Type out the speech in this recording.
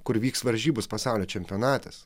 kur vyks varžybos pasaulio čempionatas